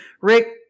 rick